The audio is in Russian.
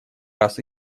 раз